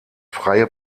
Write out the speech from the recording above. freie